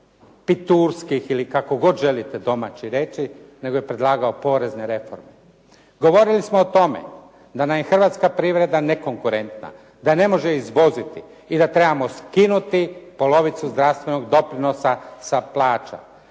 piturskih ili kako god želite domaći reći, nego je predlagao porezne reforme. Govorili smo o tome da nam je hrvatska privreda nekonkurentna, da ne može izvoziti i da trebamo skinuti polovicu zdravstvenog doprinosa sa plaća.